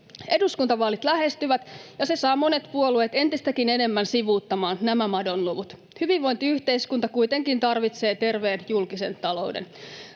Eduskuntavaalit lähestyvät, ja se saa monet puolueet entistäkin enemmän sivuuttamaan nämä madonluvut. Hyvinvointiyhteiskunta kuitenkin tarvitsee terveen julkisen talouden.